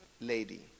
lady